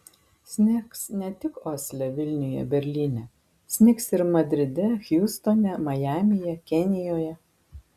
snigs ne tik osle vilniuje berlyne snigs ir madride hjustone majamyje kenijoje